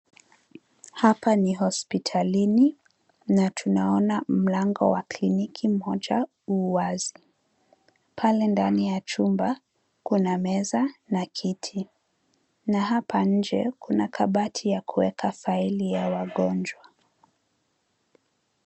Hapa ni hospitalini na tunaona mlango wa kliniki moja uwazi. Pale ndani ya chumba kuna meza na kiti na hapa nje kuna kabati ya kuweka faili ya wagonjwa.